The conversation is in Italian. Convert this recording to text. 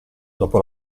dopo